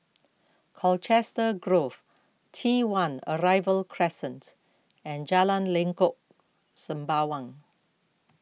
Colchester Grove T one Arrival Crescent and Jalan Lengkok Sembawang